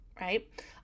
right